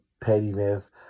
pettiness